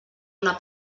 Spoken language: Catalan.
una